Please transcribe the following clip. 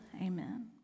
Amen